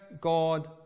God